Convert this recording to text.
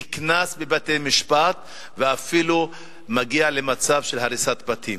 נקנס בבתי-משפט, ואפילו מגיע למצב של הריסת בתים.